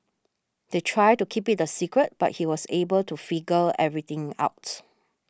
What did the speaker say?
they tried to keep it a secret but he was able to figure everything out